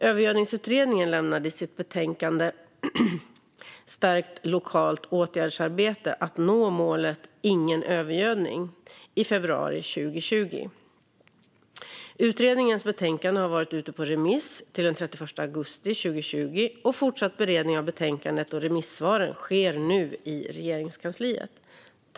Övergödningsutredningen lämnade sitt betänkande Stärkt lokalt åtgärdsarbete - att nå målet Ingen övergödning i februari 2020. Utredningens betänkande har varit ute på remiss till den 31 augusti 2020, och fortsatt beredning av betänkandet och remissvaren sker nu i Regeringskansliet.